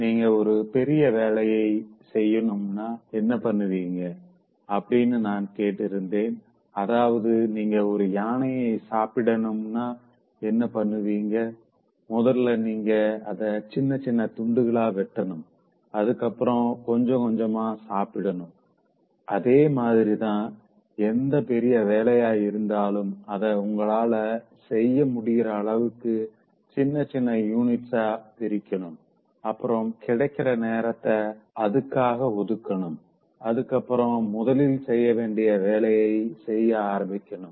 நீங்க ஒரு பெரிய வேலைய செய்யணும்னா என்ன பண்ணுவீங்க அப்படின்னு நான் கேட்டிருந்தேன் அதாவது நீங்க ஒரு யானைய சாப்பிடணும்னா என்ன பண்ணுவீங்க முதல்ல நீங்க அத சின்னச் சின்ன துண்டுகளா வெட்டணும் அதுக்கப்புறம் கொஞ்சம் கொஞ்சமா சாப்பிடணும் அதே மாதிரிதா எந்த பெரிய வேலையா இருந்தாலும் அத உங்களால செய்ய முடியுறஅளவுக்கு சின்னச்சின்ன யூனிட்ஸா பிரிக்கணும் அப்புறம் கிடைக்கிற நேரத்த அதுக்காக ஒதுக்கணும் அதுக்கப்புறம் முதலில் செய்ய வேண்டிய வேலைய செய்ய ஆரம்பிக்கணும்